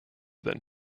than